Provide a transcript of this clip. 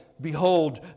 behold